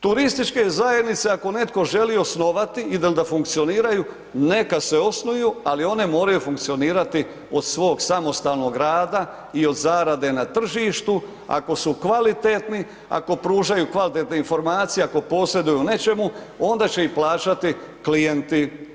Turističke zajednice ako netko želi osnovati i da funkcioniraju, neka se osnuju, ali one moraju funkcionirati od svog samostalnog rada i od zarade na tržištu ako su kvalitetni, ako pružaju kvalitetne informacije, ako posreduju u nečemu, onda će ih plaćati klijenti.